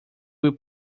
will